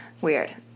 Weird